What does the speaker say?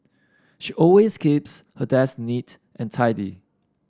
she always keeps her desk neat and tidy